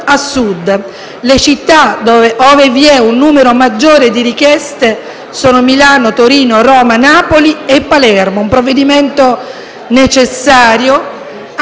a Sud. Le città ove vi è un numero maggiore di richieste sono Milano, Torino, Roma, Napoli e Palermo. Si tratta di un provvedimento necessario